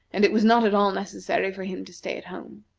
and it was not at all necessary for him to stay at home.